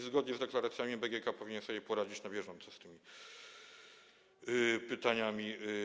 Zgodnie z deklaracjami BGK powinien sobie poradzić na bieżąco z tymi pytaniami.